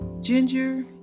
Ginger